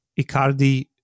Icardi